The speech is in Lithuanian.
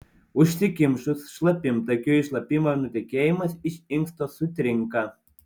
užsikimšus šlapimtakiui šlapimo nutekėjimas iš inksto sutrinka